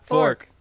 Fork